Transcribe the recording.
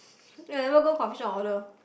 eh I never go coffee shop order